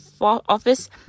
office